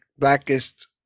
blackest